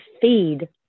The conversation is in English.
feed